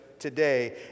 today